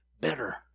better